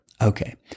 Okay